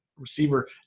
Receiver